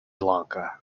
lanka